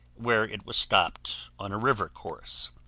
where it was stopped on a river course.